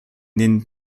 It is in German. den